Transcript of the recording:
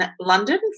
London